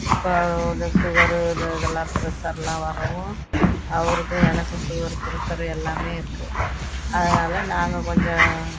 இப்போ அவர் அந்த சுகரு அது இதெல்லாம் ப்ரெஸ்ஸரெல்லாம் வரவும் அவருக்கும் எனக்கும் சுகரு ப்ரெஸ்ஸரு எல்லாமே இருக்குது அதனால நாங்கள் கொஞ்சம்